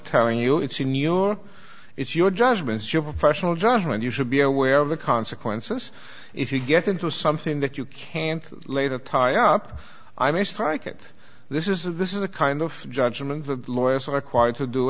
telling you it's in your it's your judgments your professional judgment you should be aware of the consequences if you get into something that you can't later tie up i may strike it this is this is the kind of judgment the lawyers are quiet to do